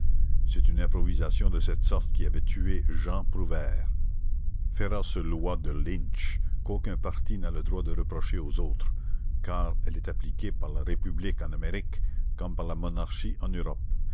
c'est une improvisation de cette sorte qui avait tué jean prouvaire féroce loi de lynch qu'aucun parti n'a le droit de reprocher aux autres car elle est appliquée par la république en amérique comme par la monarchie en europe